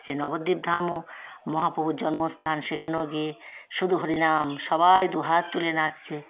সে নবদ্বীপ ধামও মহাপ্রভুর জন্মস্থান সেখানেও গিয়ে শুধু হরিনাম সবাই দু হাত তুলে নাচছে